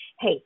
hey